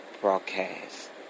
broadcast